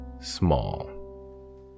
Small